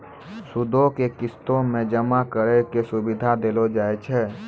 सूदो के किस्तो मे जमा करै के सुविधा देलो जाय छै